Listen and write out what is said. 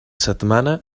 setmana